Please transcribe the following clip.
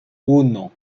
uno